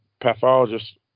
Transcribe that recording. pathologist